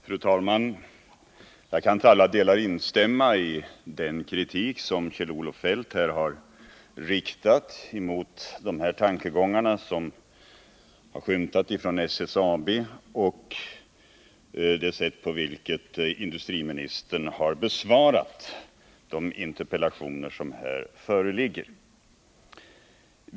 Fru talman! Jag kan till alla delar instämma i den kritik som Kjell-Olof Feldt här har riktat mot de tankegångar som har skymtat från SSAB och mot det sätt på vilket industriministern har besvarat de interpellationer som här föreligger.